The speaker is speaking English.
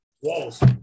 walls